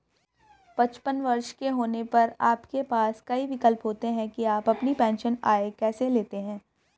पचपन वर्ष के होने पर आपके पास कई विकल्प होते हैं कि आप अपनी पेंशन आय कैसे लेते हैं